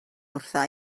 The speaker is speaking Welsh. wrtha